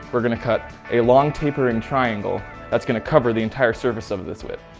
we're going to cut a long tapering triangle that's going to cover the entire surface of this whip,